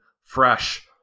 fresh